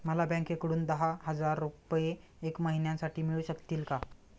मला बँकेकडून दहा हजार रुपये एक महिन्यांसाठी मिळू शकतील का?